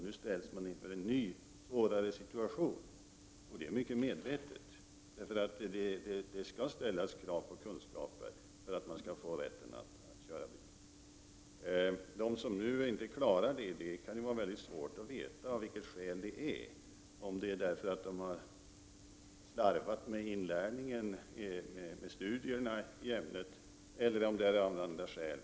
Nu ställs man inför en ny, svårare situation, och det ligger en mycket medveten tanke bakom. Det skall ställas krav på kunskaper för att man skall ha rätt att köra bil. Det är svårt att veta av vilket skäl eleverna nu inte klarar provet. Man kan undra om det är därför att de har slarvat med inlärningen vid studierna i ämnet eller om det föreligger andra skäl.